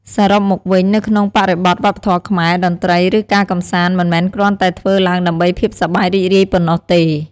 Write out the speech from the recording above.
សរុបមកវិញ នៅក្នុងបរិបទវប្បធម៌ខ្មែរ តន្ត្រី ឬ ការកម្សាន្ត មិនមែនគ្រាន់តែធ្វើឡើងដើម្បីភាពសប្បាយរីករាយប៉ុណ្ណោះទេ។